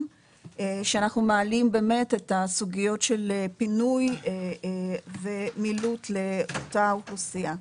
כשאנחנו מעלים באמת את הסוגיות של פינוי ומילוט לאותה אוכלוסייה.